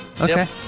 Okay